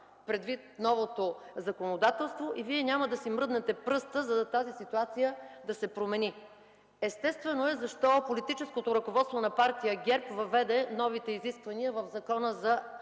предвид новото законодателство, а и Вие няма да си мръднете пръста, та тази ситуация да се промени. Естествено е защо политическото ръководство на Партия ГЕРБ въведе новите изисквания в Закона за